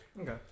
okay